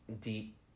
deep